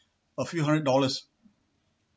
a few hundred dollars